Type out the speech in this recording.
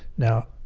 now,